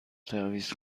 تعویض